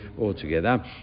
altogether